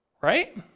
right